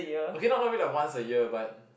okay not not really like once a year but